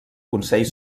consell